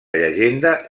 llegenda